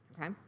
Okay